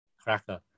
Cracker